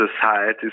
society